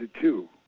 two